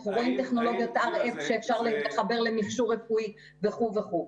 אנחנו רואים טכנולוגיות RF שאפשר לחבר למכשור רפואי וכו'.